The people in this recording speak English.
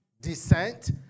descent